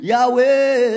Yahweh